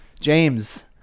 James